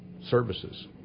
services